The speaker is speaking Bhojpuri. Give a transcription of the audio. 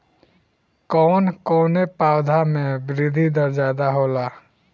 कवन कवने पौधा में वृद्धि दर ज्यादा होला?